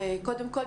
קודם כל,